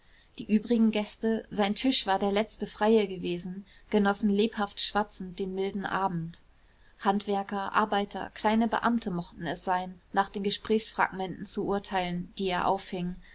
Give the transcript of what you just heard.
die übrigen gäste sein tisch war der letzte freie gewesen genossen lebhaft schwatzend den milden abend handwerker arbeiter kleine beamte mochten es sein nach den gesprächsfragmenten zu urteilen die er auffing